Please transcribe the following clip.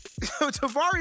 Tavares